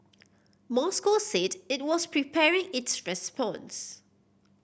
Moscow said it was preparing its response